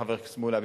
חבר הכנסת מולה,